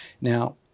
Now